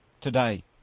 today